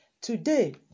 Today